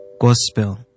Gospel